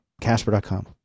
Casper.com